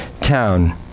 town